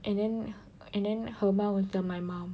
and then and then her mum will tell my mum